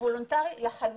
וולונטרי לחלוטין.